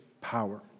power